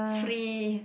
free